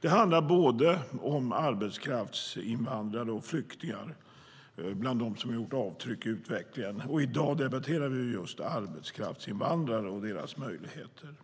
Det finns både arbetskraftsinvandrare och flyktingar bland dem som har gjort avtryck i utvecklingen. I dag debatterar vi just arbetskraftsinvandrare och deras möjligheter.